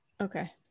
Okay